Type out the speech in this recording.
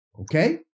Okay